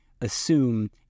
assume